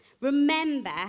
Remember